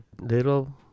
little